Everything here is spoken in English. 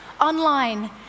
online